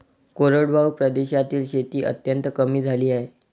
कोरडवाहू प्रदेशातील शेती अत्यंत कमी झाली आहे